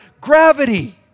gravity